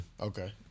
Okay